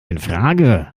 infrage